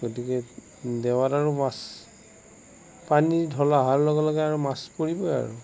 গতিকে দেৱাত আৰু মাছ পানীৰ ধল অহাৰ লগে লগে আৰু মাছ পৰিবই আৰু